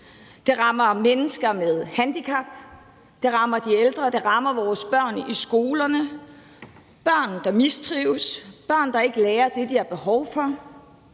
Det rammer mennesker med handicap. Det rammer de ældre. Det rammer vores børn i skolerne. Der er børn, der mistrives, børn, der ikke lærer det, de har behov for,